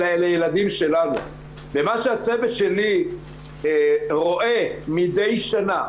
אלא אלה ילדים שלנו ומה שהצוות שלי רואה מדי שנה,